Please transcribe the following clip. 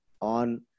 on